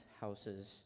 houses